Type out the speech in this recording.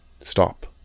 Stop